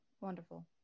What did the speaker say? Wonderful